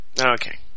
okay